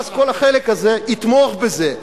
ואז כל החלק הזה יתמוך בזה,